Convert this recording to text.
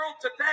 today